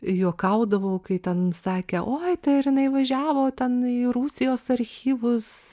juokaudavau kai ten sakė oi tai ar jinai važiavo ten į rusijos archyvus